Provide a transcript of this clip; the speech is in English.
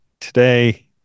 today